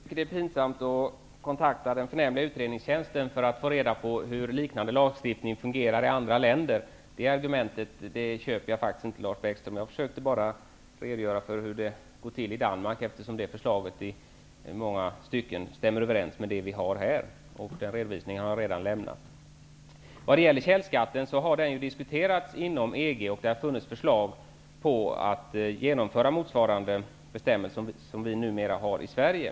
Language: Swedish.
Fru talman! Lars Bäckström tycker att det är pinsamt att kontakta den förnämliga utredningstjänsten för att få reda på hur liknande lagstiftning fungerar i andra länder. Det argumentet köper jag inte. Jag försökte bara redogöra för hur det går till i Danmark, eftersom deras förslag i många stycken stämmer överens med det vi har här. Källskatten har diskuterats inom EG, och det har funnits förslag om att genomföra motsvarande bestämmelser som vi har i Sverige.